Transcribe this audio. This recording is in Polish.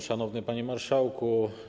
Szanowny Panie Marszałku!